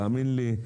תאמין לי,